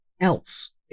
else